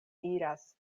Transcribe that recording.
iras